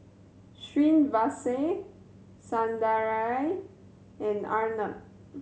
Srinivasa Sundaraiah and Arnab